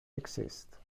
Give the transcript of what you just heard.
exist